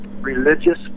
religious